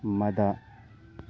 ꯃꯗꯥ